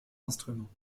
instruments